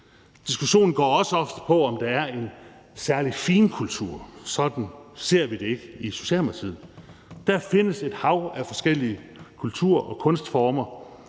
Diskussionen går også ofte på, om der er en særlig finkultur. Sådan ser vi det ikke i Socialdemokratiet. Der findes et hav af forskellige kultur- og kunstformer,